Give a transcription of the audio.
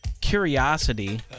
curiosity